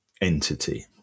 entity